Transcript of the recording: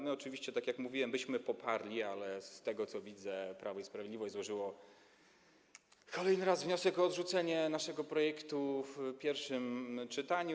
My oczywiście, tak jak mówiłem, byśmy to poparli, ale z tego, co widzę, Prawo i Sprawiedliwość złożyło kolejny raz wniosek o odrzucenie naszego projektu w pierwszym czytaniu.